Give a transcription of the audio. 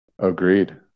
Agreed